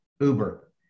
Uber